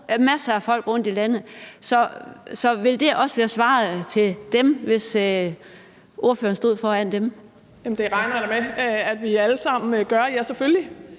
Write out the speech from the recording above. masser af folk rundt i landet. Så vil det også være svaret til dem, hvis ordføreren stod foran dem? Kl. 14:07 Tredje næstformand (Trine Torp) : Ordføreren.